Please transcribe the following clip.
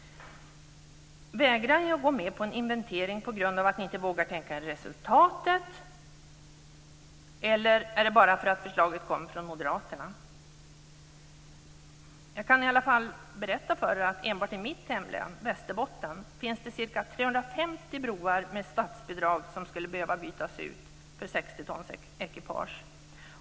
Vägrar ni att gå med på en inventering på grund av att ni inte vågar tänka er resultatet, eller är det bara för att förslaget kommer från Moderaterna? Jag kan i alla fall berätta för er att enbart i mitt hemlän, Västerbotten, finns det ca 350 broar med statsbidrag som skulle behöva bytas ut för att klara 60 tons ekipage.